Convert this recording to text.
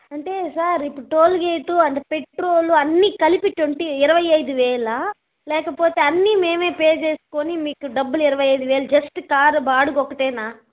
అంటే సార్ ఇప్పుడు toll gate అంద పెట్రోలు అన్నీ కలిపి ట్వంటీ ఇరవై ఐదు వేలా లేకపోతే అన్నీ మేమే పే చేసుకొని మీకు డబ్బులు ఇరవై ఐదు వేలు జస్ట్ కారు బాడుగు ఒకటేనా